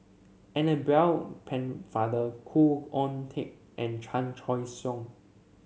Annabel Pennefather Khoo Oon Teik and Chan Choy Siong